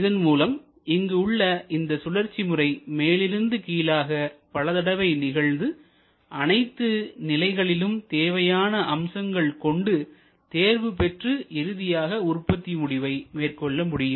இதன் மூலம் இங்கு உள்ள இந்த சுழற்சி முறை மேலிருந்து கீழாக பல தடவை நிகழ்ந்து அனைத்து நிலைகளிலும் தேவையான அம்சங்கள் கொண்டு தேர்வு பெற்று இறுதியாக உற்பத்தி முடிவை மேற்கொள்ள முடியும்